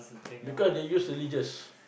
because they use religious